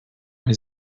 his